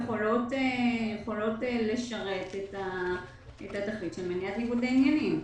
יכולות לשרת את התכלית של מניעת ניגודי עניינים.